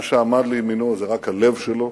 מה שעמד לימינו זה רק הלב שלו,